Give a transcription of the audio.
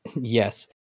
Yes